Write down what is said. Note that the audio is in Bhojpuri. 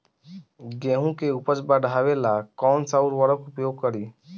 गेहूँ के उपज बढ़ावेला कौन सा उर्वरक उपयोग करीं?